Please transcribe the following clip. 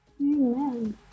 Amen